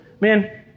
man